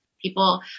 people